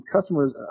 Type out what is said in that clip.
customers